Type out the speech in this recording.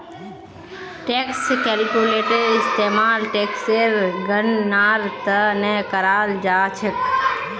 tax calculator इस्तेमाल टेक्सेर गणनार त न कराल जा छेक